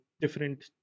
different